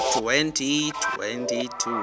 2022